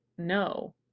No